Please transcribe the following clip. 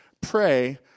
pray